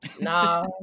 No